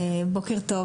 בוקר טוב